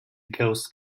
ghost